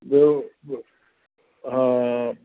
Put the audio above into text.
ॿियो ॿियो हा